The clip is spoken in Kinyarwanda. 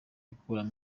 gukuramo